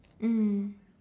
mm